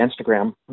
Instagram